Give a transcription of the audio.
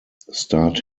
start